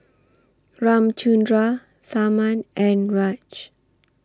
Ramchundra Tharman and Raj